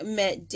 met